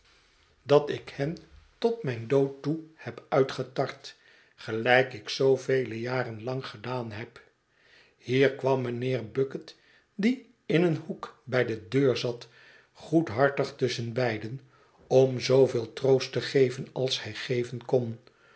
dat ik hen tot mijn dood toe heb uitgetart gelijk ik zoovele jaren lang gedaan heb hier kwam mijnheer bucket die in een hoek bij de deur zat goedhartig tusschen beiden om zooveel troost te geven als hij geven kon